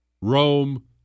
Rome